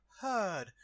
heard